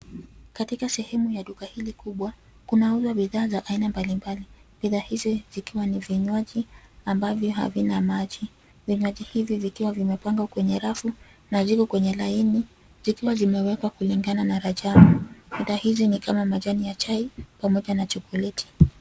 Katika sehemu ya duka hili kubwa kunauzwa bidhaa za aina mbalimbali. Bidhaa hizi zikiwa ni vinywaji ambavyo havina maji. Vinywaji hivi vikiwa vimepangwa kwenye rafu na ziko kwenye laini zikiwa zimewekwa kulingana na rajabu. Bidhaa hizi ni kama majani ya chai pamoja na chokoleti.